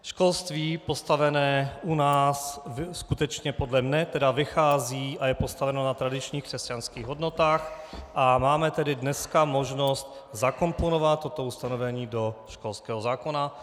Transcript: Školství postavené u nás skutečně podle mě tedy vychází a je postaveno na tradičních křesťanských hodnotách, a máme tedy dneska možnost zakomponovat toto ustanovení do školského zákona.